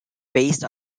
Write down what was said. based